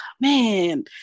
man